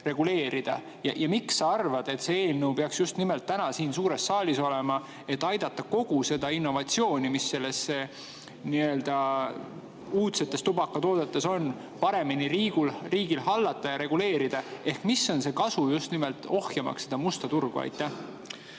Miks sa arvad, et see eelnõu peaks just nimelt täna siin suures saalis olema, et aidata kogu seda innovatsiooni, mis nende uudsete tubakatoodetega [seotud on], riigil paremini hallata ja seda reguleerida? Mis on see kasu just nimelt ohjamaks seda musta turgu?